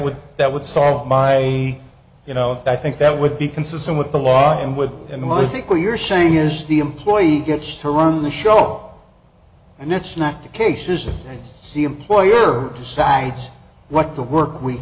would that would solve my you know i think that would be consistent with the law and with him i think what you're saying is the employee gets to run the show and that's not the case is to see employer decides what the work w